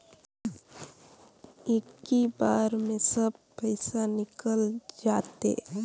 इक्की बार मे सब पइसा निकल जाते?